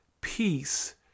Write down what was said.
peace